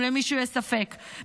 אם למישהו יש ספק,